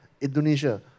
Indonesia